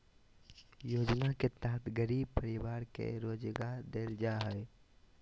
योजना के तहत गरीब परिवार के रोजगार देल जा हइ